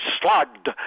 slugged